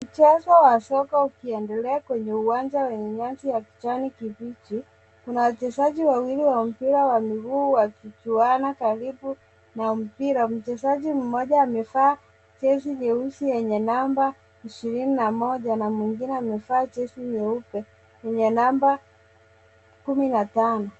Mchezo wa soka uki endelea kwenye uwanja wenye nyasi ya kijani kibichi, kuna wachezaji wawili wa mpira wa miguu wakichuana karibu na mpira. Mchezaji mmoja amevaa jezi nyeusi yenye namba ishirini na moja na mwingine amevaa jezi nyeupe yenye namba kumi na tano.